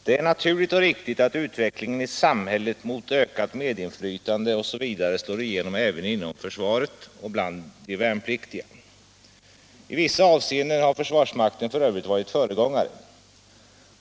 Det är naturligt och riktigt att utvecklingen i samhället mot ökat medinflytande osv. slår igenom även inom försvaret och bland de värnpliktiga. I vissa avseenden har försvarsmakten f.ö. varit föregångare.